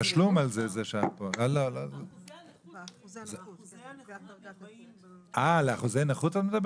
התשלום על זה --- אה, את מדברת על אחוזי הנכות?